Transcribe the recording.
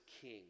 king